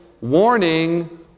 warning